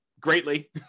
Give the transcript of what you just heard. greatly